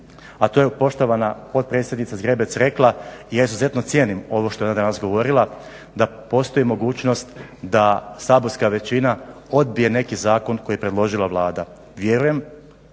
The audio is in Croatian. a to je poštovana potpredsjednica Zgrebec rekla i ja izuzetno cijenim ovo što je ona danas govorila, da postoji mogućnost da Saborska većina odbije neki zakon koji je predložila Vlada. Vjerujem,